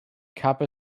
kappa